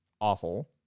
awful